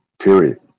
period